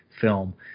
film